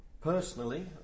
personally